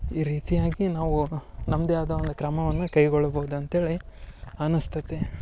ಈ ರೀತಿಯಾಗಿ ನಾವು ನಮ್ಮದೇ ಆದ ಒಂದು ಕ್ರಮವನ್ನು ಕೈಗೊಳ್ಳಬೋದು ಅಂತ್ಹೇಳಿ ಅನಿಸ್ತೈತಿ